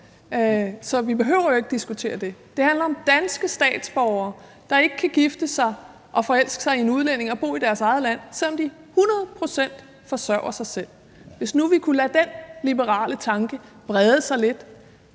Så vi behøver jo ikke at diskutere det. Det handler om danske statsborgere, der ikke kan forelske sig i og gifte sig med en udlænding og bo i deres eget land, selv om de forsørger sig selv hundrede procent. Hvis nu vi kunne lade den liberale tanke brede sig lidt,